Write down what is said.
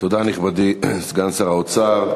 תודה, נכבדי סגן שר האוצר.